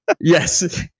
Yes